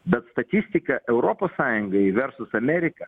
bet statistika europos sąjunga į versus amerika